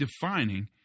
defining